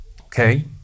Okay